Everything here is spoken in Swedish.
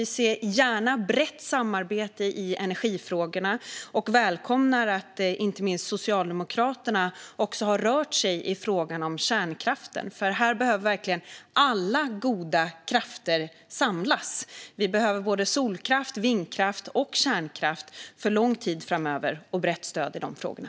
Vi ser gärna ett brett samarbete i energifrågorna och välkomnar att inte minst Socialdemokraterna också har rört sig i fråga om kärnkraften. Här behöver verkligen alla goda krafter samlas. Vi behöver både solkraft, vindkraft och kärnkraft för lång tid framöver och brett stöd i de frågorna.